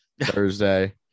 thursday